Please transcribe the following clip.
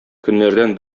көннәрдән